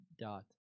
dot